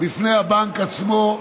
בפני הבנק עצמו,